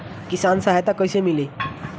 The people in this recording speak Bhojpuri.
किसान सहायता कईसे मिली?